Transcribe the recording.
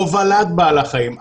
הובלת בעל החיים,